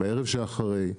בערב שאחרי,